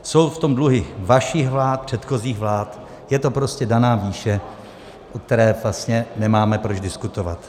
Jsou v tom dluhy vašich vlád, předchozích vlád, je to prostě daná výše, o které vlastně nemáme proč diskutovat.